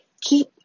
Keep